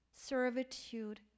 servitude